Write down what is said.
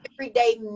everyday